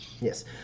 Yes